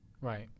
Right